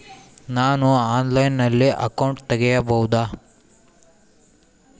ನಾನು ಆನ್ಲೈನಲ್ಲಿ ಅಕೌಂಟ್ ತೆಗಿಬಹುದಾ?